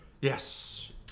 yes